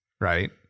right